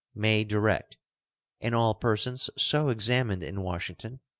may direct and all persons so examined in washington,